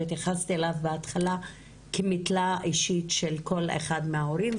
התייחסת אליו בהתחלה כמטלה אישית של כל אחד מההורים,